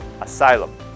asylum